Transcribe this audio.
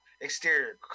Exterior